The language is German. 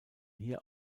hier